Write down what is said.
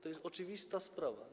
To jest oczywista sprawa.